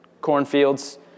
cornfields